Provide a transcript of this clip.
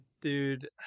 dude